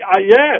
Yes